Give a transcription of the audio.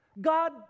God